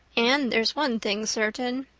and there's one thing certain,